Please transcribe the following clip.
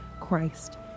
Christ